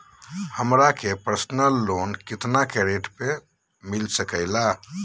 हमरा के personal loan कितना के रेट पर मिलता सके ला?